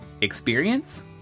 experience